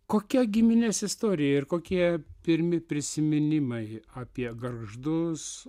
kokia giminės istorija ir kokie pirmi prisiminimai apie gargždus